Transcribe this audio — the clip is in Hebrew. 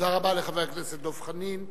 תודה רבה לחבר הכנסת דב חנין.